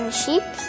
sheep